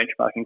benchmarking